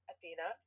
Athena